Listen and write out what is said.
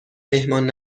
مهمان